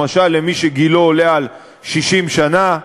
למשל למי שגילו יותר מ-60 שנה,